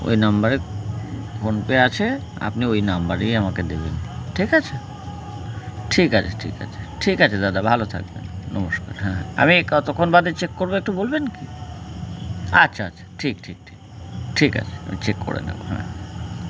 ওই নাম্বারে ফোনপে আছে আপনি ওই নাম্বারেই আমাকে দেবেন ঠিক আছে ঠিক আছে ঠিক আছে ঠিক আছে দাদা ভালো থাকবেন নমস্কার হ্যাঁ আমি কতক্ষণ বাদে চেক করবো একটু বলবেন কি আচ্ছা আচ্ছা ঠিক ঠিক ঠিক ঠিক আছে আমি চেক করে নেবো হ্যাঁ